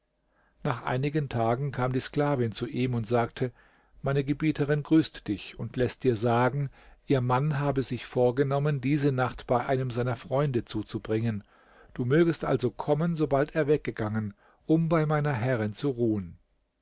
nach einigen tagen kam die sklavin zu ihm und sagte meine gebieterin grüßt dich und läßt dir sagen ihr mann habe sich vorgenommen diese nacht bei einem seiner freunde zuzubringen du mögest also kommen sobald er weggegangen um bei meiner herrin zu ruhen